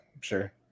sure